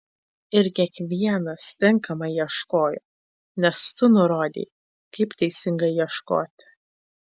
ir kiekvienas tinkamai ieškojo nes tu nurodei kaip teisingai ieškoti